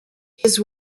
his